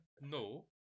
No